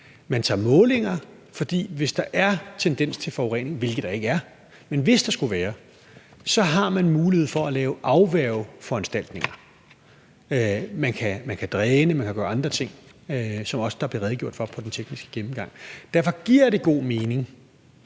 Man tager målinger, for hvis der er tendens til forurening, hvilket der ikke er – men hvis der skulle være det – så har man mulighed for at lave afværgeforanstaltninger. Man kan dræne, man kan gøre andre ting, som der også blev redegjort for under den tekniske gennemgang. Derfor giver det god mening,